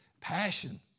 Passion